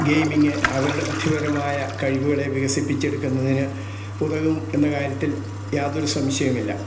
gaming അവരുടെ ബുദ്ധിപരമായ കഴിവുകളെ വികസിപ്പിച്ചെടുക്കുന്നയിന് ഉദകും എന്ന കാര്യത്തിൽ യാതൊരു സംശയമില്ല